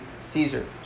Caesar